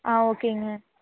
ஆ ஓகேங்க